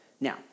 Now